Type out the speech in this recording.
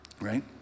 right